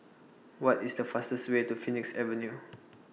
What IS The fastest Way to Phoenix Avenue